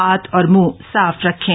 हाथ और मुंह साफ रखें